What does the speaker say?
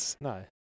No